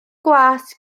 gwas